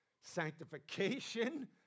sanctification